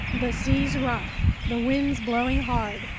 the sea's rough, the wind's blowing hard,